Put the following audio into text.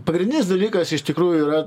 pagrindinis dalykas iš tikrųjų yra